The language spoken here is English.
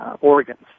organs